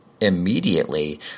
immediately